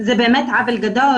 זה באמת עוול גדול.